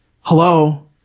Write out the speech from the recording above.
hello